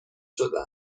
شدن